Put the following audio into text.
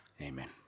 Amen